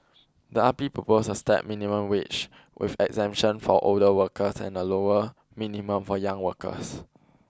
the R P proposed a stepped minimum wage with exemptions for older workers and a lower minimum for young workers